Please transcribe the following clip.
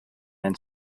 then